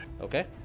Okay